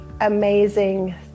amazing